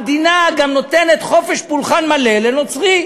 המדינה גם נותנת חופש פולחן מלא לנוצרי: